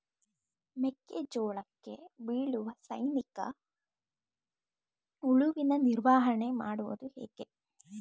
ಮೆಕ್ಕೆ ಜೋಳಕ್ಕೆ ಬೀಳುವ ಸೈನಿಕ ಹುಳುವಿನ ನಿರ್ವಹಣೆ ಮಾಡುವುದು ಹೇಗೆ?